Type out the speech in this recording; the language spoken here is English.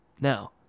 Now